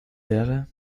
wäre